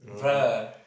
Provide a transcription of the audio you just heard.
bro